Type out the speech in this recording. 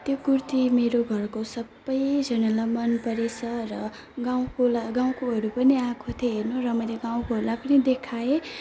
त्यो कुर्ती मेरो घरको सबैजनालाई मनपरेको छ र गाउँको ला गाउँकोहरूको पनि आएको थियो हेर्नु र मैले गाउँकोहरूलाई पनि देखाएँ